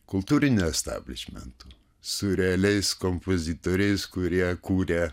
kultūriniu establišmentu su realiais kompozitoriais kurie kūrė